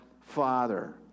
Father